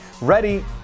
ready